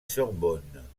sorbonne